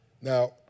Now